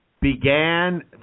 began